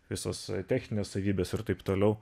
visos techninės savybės ir taip toliau